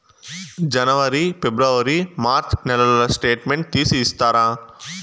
జనవరి, ఫిబ్రవరి, మార్చ్ నెలల స్టేట్మెంట్ తీసి ఇస్తారా?